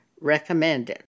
recommended